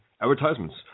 advertisements